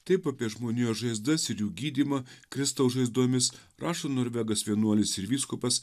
taip apie žmonijos žaizdas ir jų gydymą kristaus žaizdomis rašo norvegas vienuolis ir vyskupas